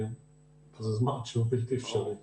זה זמן שהוא בלתי אפשרי.